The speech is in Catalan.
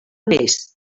més